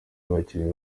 bakinnyi